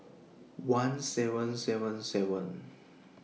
one seven seven seven